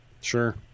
Sure